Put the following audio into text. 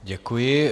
Děkuji.